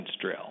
drill